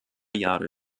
jahre